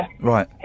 Right